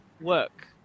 work